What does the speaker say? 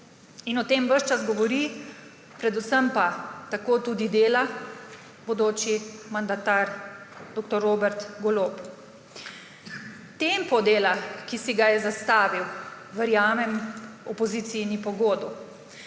In o tem ves čas govori, predvsem pa tako tudi dela bodoči mandatar dr. Robert Golob. Tempo dela, ki si ga je zastavil, verjamem, opoziciji ni po godu.